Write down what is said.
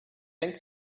think